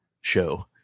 show